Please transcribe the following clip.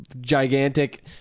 gigantic